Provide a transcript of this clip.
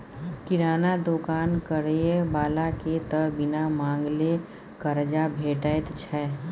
किराना दोकान करय बलाकेँ त बिन मांगले करजा भेटैत छै